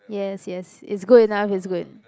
yes yes is good enough is good